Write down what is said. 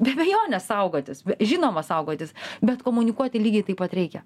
be abejonės saugotis žinoma saugotis bet komunikuoti lygiai taip pat reikia